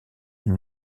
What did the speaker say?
une